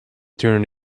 turned